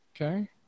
Okay